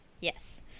yes